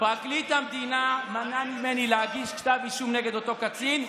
פרקליט המדינה מנע ממני להגיש כתב אישום נגד אותו קצין,